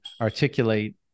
articulate